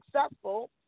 successful